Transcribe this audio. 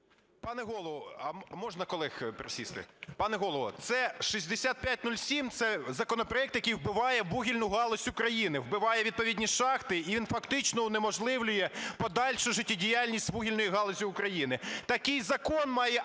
Пане Голово, 6507 – це законопроект, який вбиває вугільну галузь України, вбиває відповідні шахти, і він фактично унеможливлює подальшу життєдіяльність вугільної галузі України. Такий закон має: